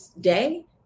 day